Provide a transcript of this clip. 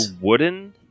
wooden